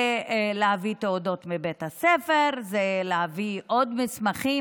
זה להביא תעודות מבית הספר, זה להביא עוד מסמכים.